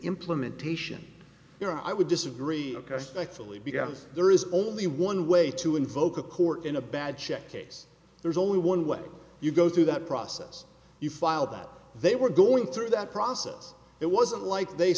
implementation where i would disagree because thankfully because there is only one way to invoke a court in a bad check case there's only one way you go through that process you file that they were going through that process it wasn't like they